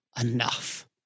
enough